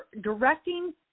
directing